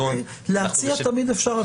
להציע תמיד אפשר.